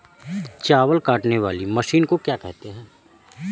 चावल काटने वाली मशीन को क्या कहते हैं?